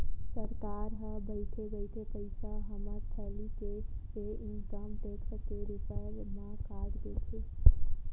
सरकार ह बइठे बइठे पइसा हमर थैली ले इनकम टेक्स के रुप म काट देथे